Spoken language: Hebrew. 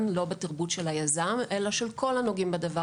או תרבות היזם אלא של כל הנוגעים בדבר,